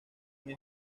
muy